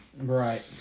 Right